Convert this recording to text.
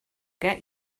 get